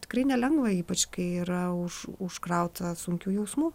tikrai nelengva ypač kai yra už užkrauta sunkių jausmų